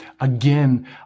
again